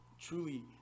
truly